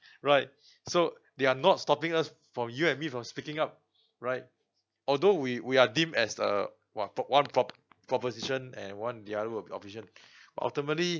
right so they are not stopping us from you and me from speaking up right although we we are deemed as uh what one prop~ proposition and one the other will be opposition ultimately